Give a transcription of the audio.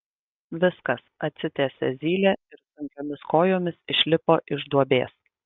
viskas atsitiesė zylė ir sunkiomis kojomis išlipo iš duobės